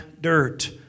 dirt